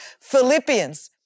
Philippians